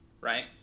right